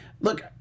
look